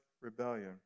rebellion